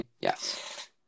Yes